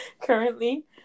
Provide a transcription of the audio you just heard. currently